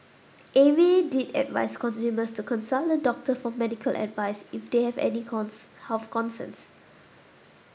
A V did advice consumers to consult a doctor for medical advice if they have any health concerns